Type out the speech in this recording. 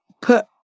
put